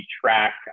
track